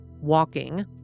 walking